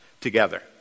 together